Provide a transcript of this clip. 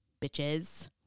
Bitches